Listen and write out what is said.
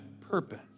purpose